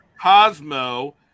Cosmo